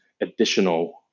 additional